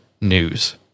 news